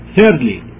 Thirdly